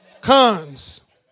Cons